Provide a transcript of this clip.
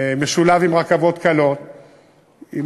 משולב עם רכבות קלות,